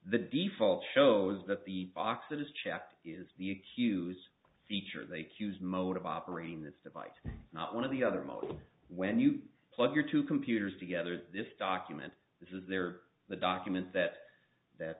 the default shows that the boxes checked is the accuse feature they queues mode of operating this device not one of the other models when you plug your two computers together this document this is there the document that that